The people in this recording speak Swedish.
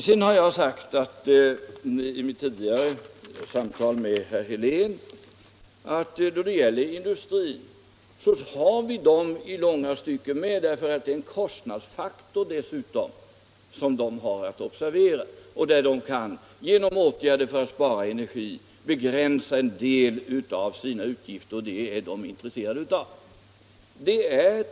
Jag har i mitt tidigare samtal med herr Helén sagt att vi i långa stycken har industrin med, eftersom vi här dessutom har att göra med en kostnadsfaktor som man inom industrin har att observera; industrin kan genom åtgärder för att spara energin begränsa sina utgifter, och det är man intresserad av att göra.